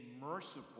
merciful